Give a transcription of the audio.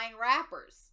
rappers